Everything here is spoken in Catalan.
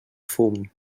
fum